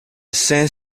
cinq